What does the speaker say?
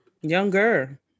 younger